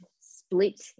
split